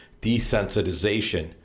desensitization